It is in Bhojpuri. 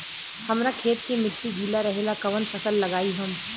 हमरा खेत के मिट्टी गीला रहेला कवन फसल लगाई हम?